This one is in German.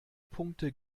punkte